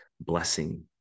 blessing